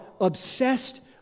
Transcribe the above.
obsessed